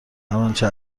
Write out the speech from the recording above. انچه